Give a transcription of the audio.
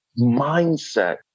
mindset